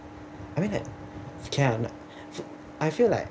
I mean like care or not I feel like